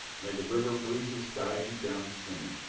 may the river breezes guide you downstream,